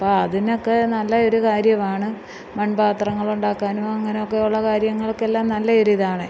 അപ്പോള് അതിനൊക്കെ നല്ല ഒരു കാര്യമാണ് മൺപാത്രങ്ങൾ ഉണ്ടാക്കാനും അങ്ങനെയൊക്കെ ഉള്ള കാര്യങ്ങൾക്കെല്ലാം നല്ലയൊരിതാണ്